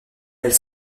elles